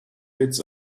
bits